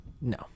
No